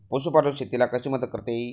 पशुपालन शेतीला कशी मदत करते?